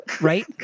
Right